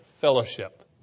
fellowship